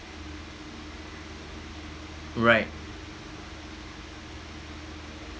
right